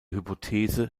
hypothese